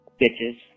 bitches